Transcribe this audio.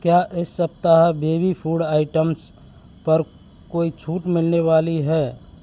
क्या इस सप्ताह बेबी फ़ूड आइटम्स पर कोई छूट मिलने वाली है